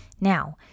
Now